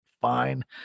fine